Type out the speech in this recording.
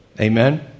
Amen